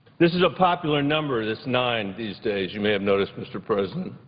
this is a popular number, this nine these days, you may have noticed, mr. president,